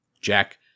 Jack